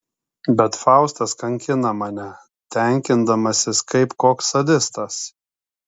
bet faustas kankina mane tenkindamasis kaip koks sadistas